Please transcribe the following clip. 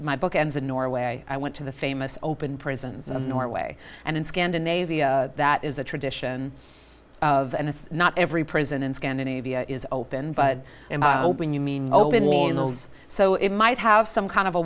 my book ends in norway i went to the famous open prisons of norway and in scandinavia that is a tradition of and it's not every prison in scandinavia is open but when you mean so it might have some kind of a